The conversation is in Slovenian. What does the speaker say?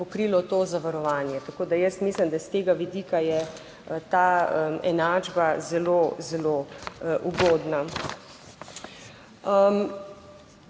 pokrilo to zavarovanje, tako da jaz mislim, da s tega vidika je ta enačba zelo zelo ugodna.